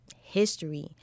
history